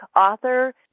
author